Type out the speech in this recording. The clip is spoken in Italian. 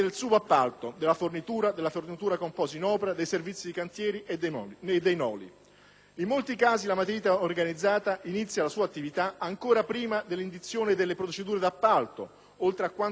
In molti casi, la malavita organizzata inizia la sua attività ancora prima dell'indizione delle procedure di appalto, oltre a quanto ci è stato detto riguardo la proprietà dei terreni con l'acquisizione delle cave degli inerti, degli impianti di betonaggio.